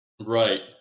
Right